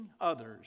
others